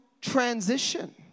transition